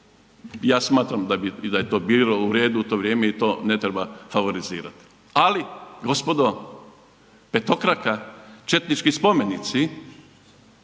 Ja smatram da bi i da je to bilo u redu u to vrijeme i to ne treba favorizirati, ali gospodo petokraka, četnički spomenici